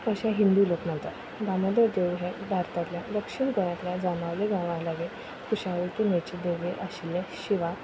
अशे हिंदू लोक मानतात दामोदर देवूळ हें भारतांतल्या दक्षीण गोंयांतल्या जांबावले गांवा लागीं कुशावती न्हंयचे देगेर आशिल्लें शिवाक